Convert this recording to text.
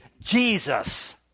Jesus